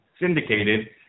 syndicated